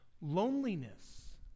loneliness